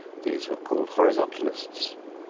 these were called horizontalists,